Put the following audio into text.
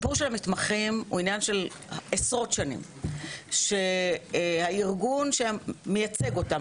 סיפור המתמחים הוא עניין של עשרות שנים שהארגון שמייצג אותם,